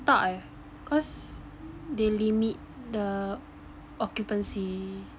tak eh cause they limit the occupancy